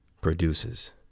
produces